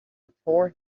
tore